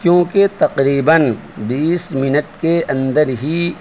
کیونکہ تقریباً بیس منٹ کے اندر ہی